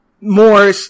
more